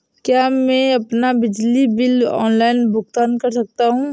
क्या मैं अपना बिजली बिल ऑनलाइन भुगतान कर सकता हूँ?